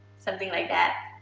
something like that.